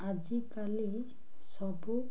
ଆଜିକାଲି ସବୁ